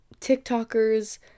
TikTokers